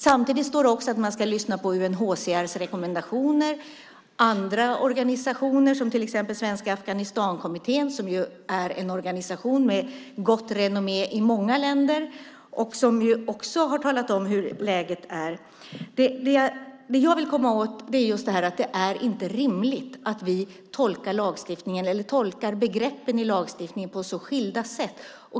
Samtidigt står det att man ska lyssna på UNHCR:s rekommendationer och på andra organisationer, till exempel Svenska Afghanistankommittén, som ju har gott renommé i många länder och som också har talat om hur läget är. Det jag vill komma åt är att det inte är rimligt att vi tolkar begreppen i lagstiftningen på så skilda sätt.